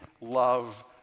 love